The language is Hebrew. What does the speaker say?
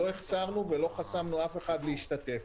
לא חסמנו אף אחד מהשתתפות.